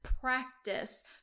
practice